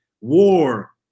war